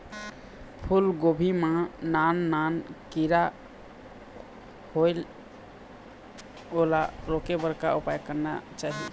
फूलगोभी मां नान नान किरा होयेल ओला रोके बर का उपाय करना चाही?